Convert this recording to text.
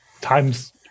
times